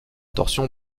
torsion